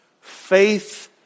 faith